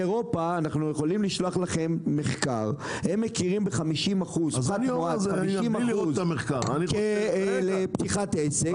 הם מכירים ב-50% פחת מואץ לפתיחת עסק,